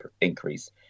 increase